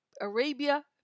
Arabia